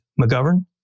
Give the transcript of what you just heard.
McGovern